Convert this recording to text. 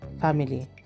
family